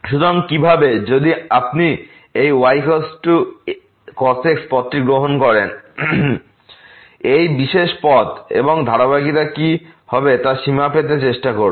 সুতরাং কিভাবে যদি আপনি এই ycos x পথটি গ্রহণ করেন এই বিশেষ পথ এবং ধারাবাহিকতা কি হবে তা সীমা পেতে চেষ্টা করুন